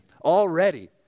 already